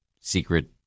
secret